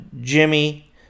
Jimmy